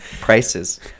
prices